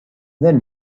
then